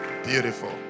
Beautiful